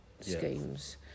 schemes